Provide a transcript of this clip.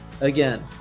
Again